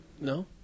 No